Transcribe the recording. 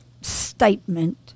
statement